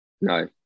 no